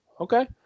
okay